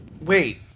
Wait